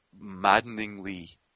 maddeningly